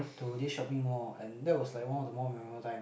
to this shopping mall and that was like one of the most memorable time